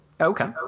Okay